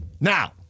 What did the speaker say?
Now